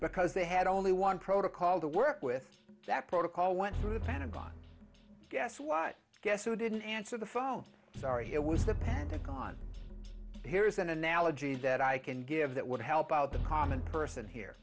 because they had only one protocol to work with that protocol went through the pentagon guess what guess who didn't answer the phone sorry it was the pentagon here's an analogy that i can give that would help out the common person here